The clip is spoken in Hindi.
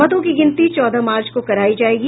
मतों की गिनती चौदह मार्च को कराई जाएगी